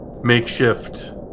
makeshift